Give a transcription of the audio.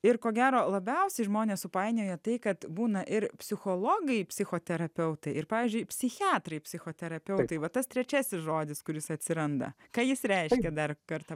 ir ko gero labiausiai žmonės supainioja tai kad būna ir psichologai psichoterapeutai ir pavyzdžiui psichiatrai psichoterapeutai tai va tas trečiasis žodis kuris atsiranda ką jis reiškia dar kartą